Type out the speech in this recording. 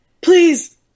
please